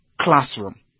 classroom